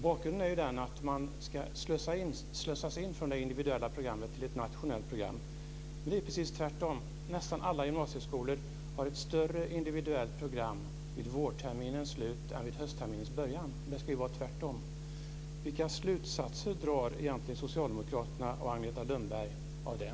Bakgrunden är att man ska slussas in från det individuella programmet till ett nationellt program. Men det är precis tvärtom. Nästan alla gymnasieskolor har ett större individuellt program vid vårterminens slut än vid höstterminens början. Det ska ju vara tvärtom. Vilka slutsatser drar egentligen socialdemokraterna och Agneta Lundberg av det?